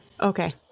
okay